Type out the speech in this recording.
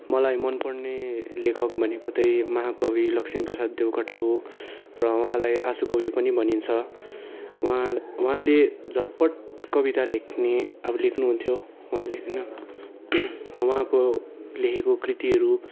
मलाई मन पर्ने लेखक भनेको चाहिँ महाकवि लक्ष्मीप्रसाद देवकोटा हो र उहाँलाई आसुकवि पनि भनिन्छ उहाँ उहाँले झट्पट् कविता लेख्ने अब लेख्नुहुन्थ्यो उहाँले होइन उहाँको लेखेको कृतिहरू